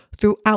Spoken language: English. throughout